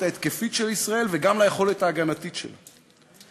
ההתקפית של ישראל וגם ליכולת ההגנתית שלה.